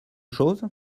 chose